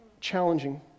challenging